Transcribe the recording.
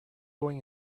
going